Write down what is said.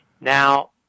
Now